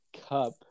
Cup